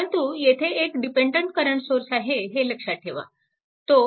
परंतु येथे एक डिपेन्डन्ट करंट सोर्स आहे हे लक्षात ठेवा